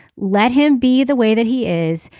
let him be the way that he is.